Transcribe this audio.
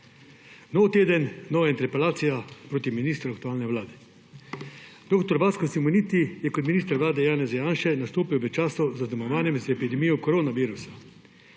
Nov teden, nova interpelacija proti ministru aktualne vlade. Dr. Vasko Simoniti je kot minister vlade Janeza Janše nastopil v času spopadanja z epidemijo korona virusa.